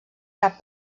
cap